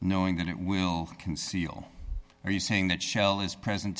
knowing that it will conceal are you saying that shell is present